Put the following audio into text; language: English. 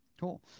Cool